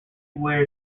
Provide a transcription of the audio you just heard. where